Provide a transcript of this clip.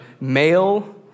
male